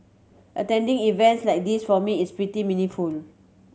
attending events like this for me is pretty meaningful